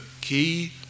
key